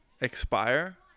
expire